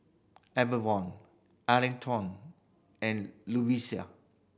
Avalon Atherton and Lovisa